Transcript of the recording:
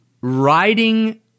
riding